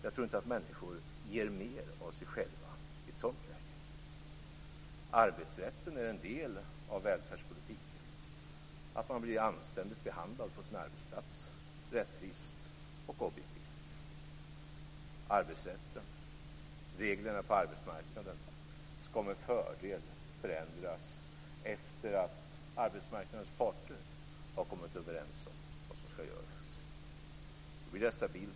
Jag tror inte människor ger mer av sig själva i ett sådant läge. Arbetsrätten är en del av välfärdspolitiken. Det är en del av välfärdspolitiken att man blir anständigt, rättvist och objektivt behandlad på sin arbetsplats. Arbetsrätten, reglerna på arbetsmarknaden, skall med fördel förändras efter det att arbetsmarknadens parter har kommit överens om vad som skall göras.